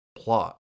plot